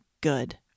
good